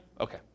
Okay